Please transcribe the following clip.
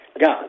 God